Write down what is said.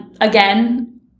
again